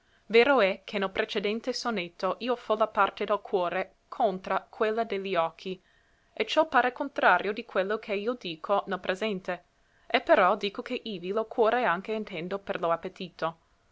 vero è che nel precedente sonetto io fo la parte del cuore contra quella de li occhi e ciò pare contrario di quello che io dico nel presente e però dico che ivi lo cuore anche intendo per lo appetito